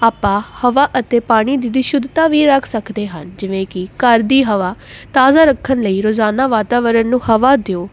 ਆਪਾਂ ਹਵਾ ਅਤੇ ਪਾਣੀ ਦੀ ਦੀ ਸ਼ੁੱਧਤਾ ਵੀ ਰੱਖ ਸਕਦੇ ਹਨ ਜਿਵੇਂ ਕਿ ਘਰ ਦੀ ਹਵਾ ਤਾਜ਼ਾ ਰੱਖਣ ਲਈ ਰੋਜ਼ਾਨਾ ਵਾਤਾਵਰਨ ਨੂੰ ਹਵਾ ਦਿਓ